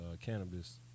cannabis